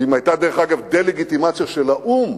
ואם היתה, דרך אגב, דה-לגיטימציה, של האו"ם